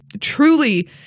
truly